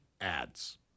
ads